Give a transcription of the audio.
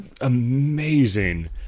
amazing